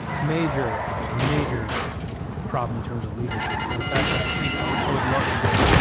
major, major problem in terms of leadership. in fact, i think i would i would love to get